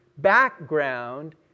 background